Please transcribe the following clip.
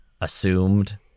assumed